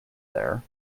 there